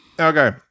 Okay